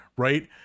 right